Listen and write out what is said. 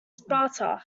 sparta